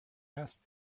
asked